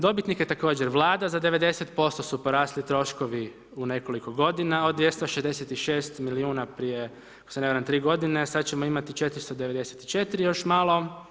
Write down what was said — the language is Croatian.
Dobitnik je također Vlada za 90% su porasli troškovi u nekoliko godina od 266 milijuna prije ako se ne varam 3 godine, sada ćemo imati 494 još malo.